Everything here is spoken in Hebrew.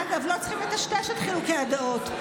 אגב, לא צריכים לטשטש את חילוקי הדעות.